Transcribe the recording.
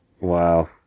Wow